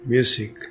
Music